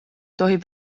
tohib